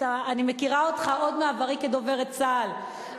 אני מכירה אותך עוד מעברי כדוברת צה"ל,